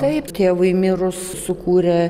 taip tėvui mirus sukūrė